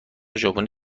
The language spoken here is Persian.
ژاپنی